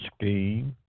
scheme